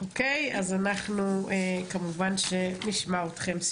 אז כמובן שנשמע אתכם.